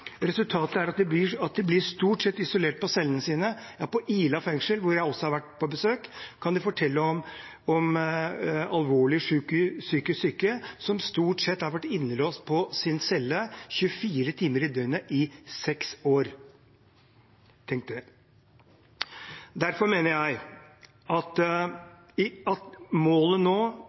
Resultatet er at de stort sett blir isolert på cellene sine. I Ila fengsel, hvor jeg også har vært på besøk, kan de fortelle om alvorlig psykisk syke som stort sett har vært innelåst på cellen sin 24 timer i døgnet i seks år. Tenk det! Derfor mener jeg at Stortinget i dag kunne gjort vedtak om å sikre at